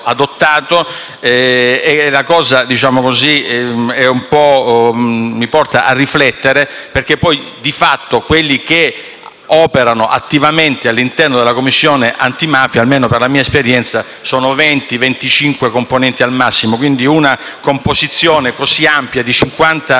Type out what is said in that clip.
adottato. La cosa mi porta a riflettere perché, di fatto, quelli che operano attivamente all'interno della Commissione antimafia, almeno per la mia esperienza, sono 25 componenti al massimo. Una composizione così ampia, di cinquanta